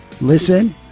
Listen